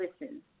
listen